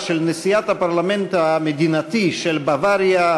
של נשיאת הפרלמנט המדינתי של בוואריה,